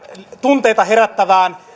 tunteita herättävästä